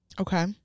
Okay